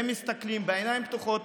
הם מסתכלים בעיניים פתוחות,